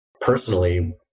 personally